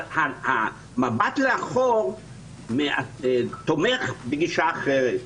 המבט לאחור תומך בגישה אחרת.